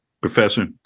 Professor